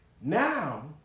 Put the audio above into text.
Now